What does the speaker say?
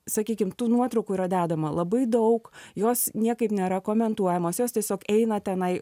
sakykim tų nuotraukų yra dedama labai daug jos niekaip nėra komentuojamos jos tiesiog eina tenai